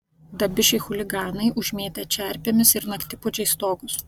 dabišiai chuliganai užmėtę čerpėmis ir naktipuodžiais stogus